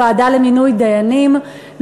לוועדה למינוי דיינים,